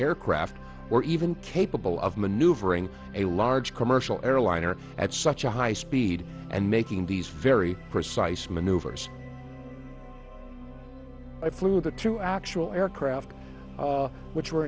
aircraft were even capable of maneuvering a large commercial airliner at such a high speed and making these very precise maneuvers i flew the two actual aircraft which were